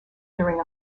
during